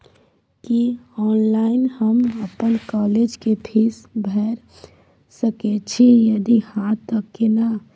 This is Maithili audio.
की ऑनलाइन हम अपन कॉलेज के फीस भैर सके छि यदि हाँ त केना?